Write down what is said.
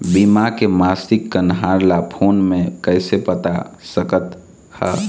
बीमा के मासिक कन्हार ला फ़ोन मे कइसे पता सकत ह?